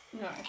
No